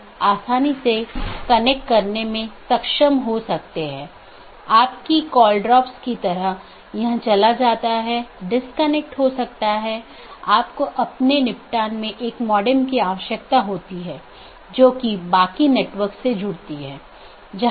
यह प्रत्येक सहकर्मी BGP EBGP साथियों में उपलब्ध होना चाहिए कि ये EBGP सहकर्मी आमतौर पर एक सीधे जुड़े हुए नेटवर्क को साझा करते हैं